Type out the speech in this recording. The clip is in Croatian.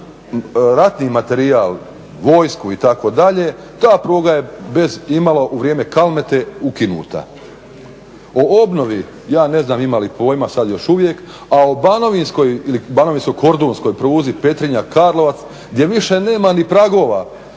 ratni materijal, vojsku itd. ta pruga je u vrijeme Kalmete ukinuta. O obnovi ja ne znam ima li pojma sad još uvijek, a o banovinskoj ili banovinsko-kordunskoj pruzi Petrinja-Karlovac gdje više nema ni pragova